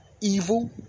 Evil